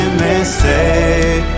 mistake